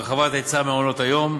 הרחבת היצע מעונות-היום,